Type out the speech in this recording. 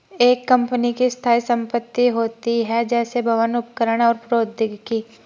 एक कंपनी की स्थायी संपत्ति होती हैं, जैसे भवन, उपकरण और प्रौद्योगिकी